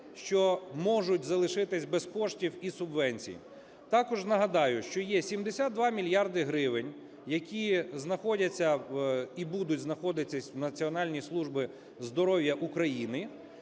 що можуть залишитися без коштів і субвенцій. Також нагадаю, що є 72 мільярди гривень, які знаходяться і будуть знаходитись в Національній службі здоров'я України,